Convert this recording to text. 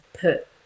put